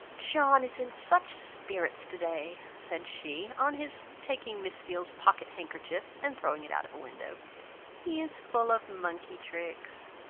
john is in such spirits today! said she, on his taking miss steeles's pocket handkerchief, and throwing it out of window he is full of monkey tricks.